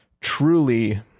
truly